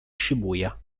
shibuya